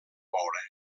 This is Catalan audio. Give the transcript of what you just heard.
moure